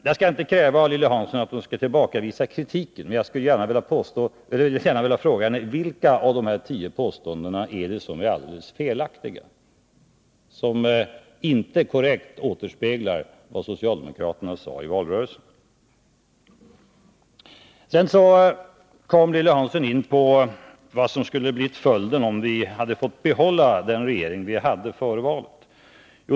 Jag skall inte kräva av Lilly Hansson att hon tillbakavisar kritiken, men jag vill fråga henne vilka av dessa påståenden som är alldeles felaktiga och som inte korrekt återspeglar vad socialdemokraterna sade i valrörelsen. Vidare kom Lilly Hansson in på vad som skulle blivit följden, om vi hade fått behålla den regering som vi hade före valet.